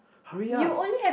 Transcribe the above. hurry up